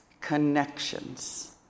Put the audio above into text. connections